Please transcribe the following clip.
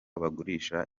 bagurisha